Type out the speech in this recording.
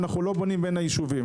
אנחנו לא בונים בין היישובים.